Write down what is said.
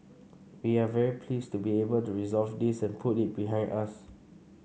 we're very pleased to be able to resolve this and put it behind us